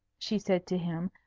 she said to him,